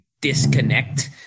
disconnect